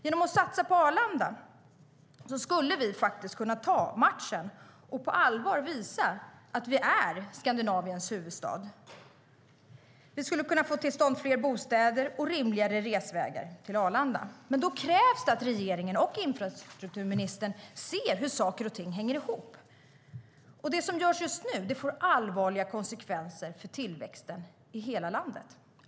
Genom att satsa på Arlanda kan vi ta matchen och på allvar visa att vi är Skandinaviens huvudstad. Vi kan få till stånd fler bostäder och rimliga resvägar till Arlanda. Men då krävs det att regeringen och infrastrukturministern ser hur saker och ting hänger ihop. Det som görs just nu får allvarliga konsekvenser för tillväxten i hela landet.